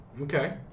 Okay